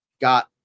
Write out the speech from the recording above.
got